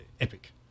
epic